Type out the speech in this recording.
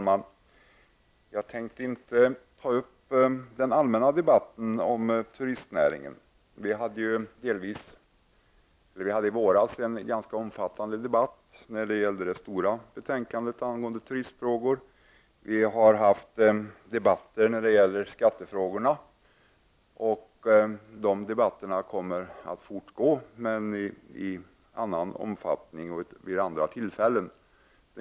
Herr talman! Jag skall inte gå in på den allmänna debatten om turistnäringen. I våras förde vi en ganska omfattande debatt med anledning av det stora betänkandet om turistfrågor. Vi har också fört debatter om de skattefrågor som rör turismen, och dessa debatter kommer att fortsätta, men i annan omfattning och vid andra tillfällen.